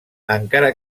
encara